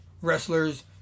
wrestlers